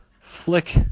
flick